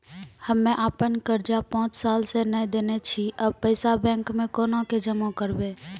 हम्मे आपन कर्जा पांच साल से न देने छी अब पैसा बैंक मे कोना के जमा करबै?